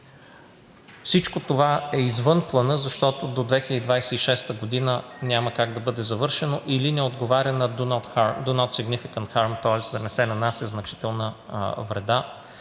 Всичко това е извън Плана, защото до 2026 г. няма как да бъде завършено или не отговаря на do not do significant harm, тоест да не се нанася значителна вреда,